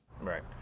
Right